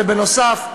בנוסף,